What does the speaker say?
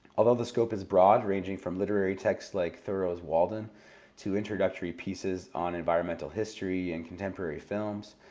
although the scope is broad, ranging from literary texts like thoreau's walden to introductory pieces on environmental history and contemporary films,